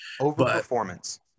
Overperformance